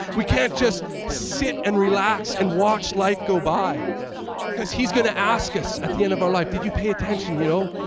we can't just sit and relax and watch life go by because he's gonna ask us at the end of our life, did you pay attention, you know.